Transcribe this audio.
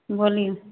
बोलिऔ